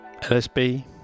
LSB